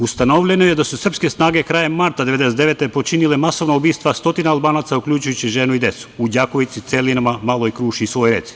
Ustanovljeno je da su srpske snage krajem marta 1999. godine počinile masovna ubistva stotine Albanaca, uključujući i žene i decu, u Đakovici, Celinama, Maloj Kruši i Suvoj Reci.